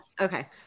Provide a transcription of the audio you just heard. Okay